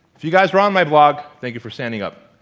if you guys are on my blog thank you for standing up.